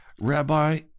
Rabbi